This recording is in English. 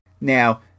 now